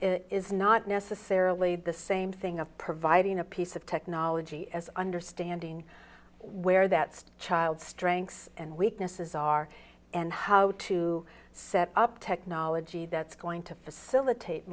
it is not necessarily the same thing of providing a piece of technology as understanding where that child's strengths and weaknesses are and how to set up technology that's going to facilitate